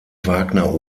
wagner